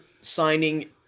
signing